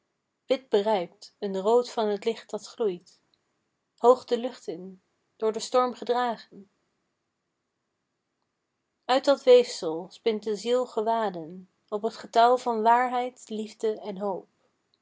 wit berijpt een rood van t licht dat gloeit hoog de lucht in door den storm gedragen uit dat weefsel spint de ziel gewaden op t getouw van waarheid liefde en hoop